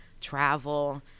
travel